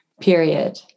period